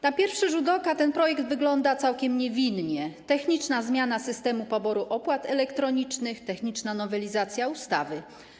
Na pierwszy rzut oka ten projekt wygląda całkiem niewinnie: techniczna zmiana systemu poboru opłat elektronicznych, techniczna nowelizacja ustawy.